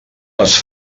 les